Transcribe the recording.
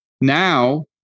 now